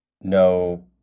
no